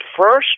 first